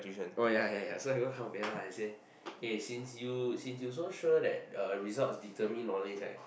oh ya ya ya so I haven't come then I say since you since you so sure result determine knowledge right